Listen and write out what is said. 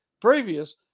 previous